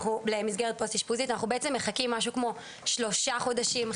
אנחנו מחכים משהו כמו שלושה חודשים,